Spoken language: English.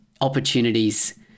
opportunities